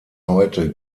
heute